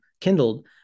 kindled